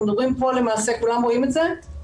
אנחנו מדברים פה למעשה כולם רואים את זה?